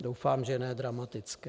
Doufám, že ne dramatické.